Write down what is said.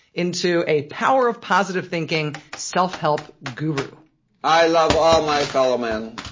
into a power-of-positive thinking self-help guru i love all my fellow men.